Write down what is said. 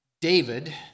David